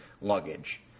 luggage